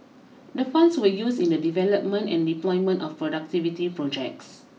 the funds were used in the development and deployment of productivity projects